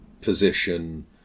position